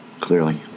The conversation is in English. clearly